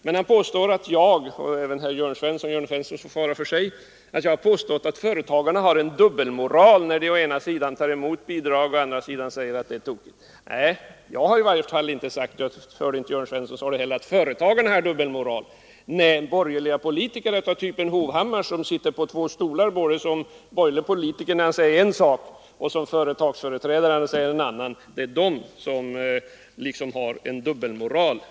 Men han säger att jag — och även herr Jörn Svensson, som får svara för sig — har påstått att företagarna har en dubbelmoral när de å ena sidan tar emot bidrag och å andra sidan säger att det är tokigt. Nej, jag har i varje fall inte sagt — och jag hörde inte heller att Jörn Svensson sade det — att företagarna har dubbelmoral. Det är borgerliga politiker av typ herr Hovhammar som sitter på två stolar — som borgerliga politiker när de säger en sak och som företagsföreträdare när de säger en annan — som liksom har en dubbelmoral.